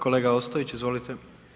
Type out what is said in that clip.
Kolega Ostojić, izvolite.